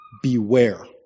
Beware